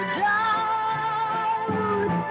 doubt